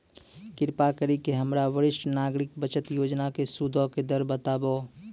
कृपा करि के हमरा वरिष्ठ नागरिक बचत योजना के सूदो के दर बताबो